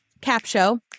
CapShow